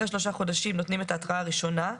אחרי שלושה חודשים נותנים את ההתראה הראשונה,